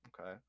Okay